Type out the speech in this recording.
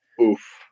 Oof